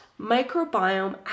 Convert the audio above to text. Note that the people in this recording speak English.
microbiome